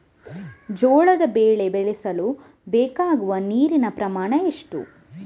ಜೋಳದ ಬೆಳೆ ಬೆಳೆಸಲು ಬೇಕಾಗುವ ನೀರಿನ ಪ್ರಮಾಣ ಎಷ್ಟು?